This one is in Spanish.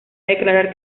declarar